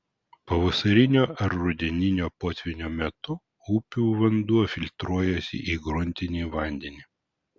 pavasarinio ar rudeninio potvynio metu upių vanduo filtruojasi į gruntinį vandenį